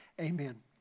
amen